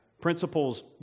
Principles